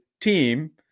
team